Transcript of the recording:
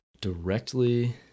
directly